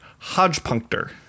hodgepuncter